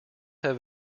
have